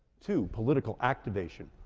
two political activation.